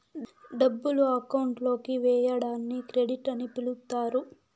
డబ్బులు అకౌంట్ లోకి వేయడాన్ని క్రెడిట్ అని పిలుత్తారు